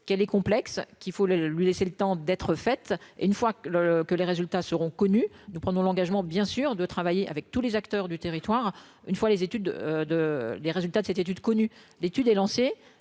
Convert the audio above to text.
qu'elle est complexe qu'il faut le lui laisser le temps d'être faite et une fois que le que les résultats seront connus, nous prenons l'engagement bien sûr de travailler avec tous les acteurs du territoire, une fois les études de les résultats de cette étude connue, l'étude est lancée,